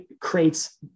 creates